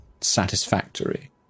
satisfactory